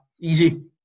easy